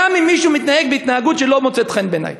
גם אם מישהו מתנהג בהתנהגות שלא מוצאת חן בעיני.